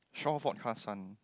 shore fort car sun